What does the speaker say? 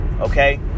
Okay